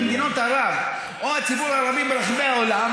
למדינות ערב או לציבור הערבי ברחבי העולם